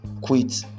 Quit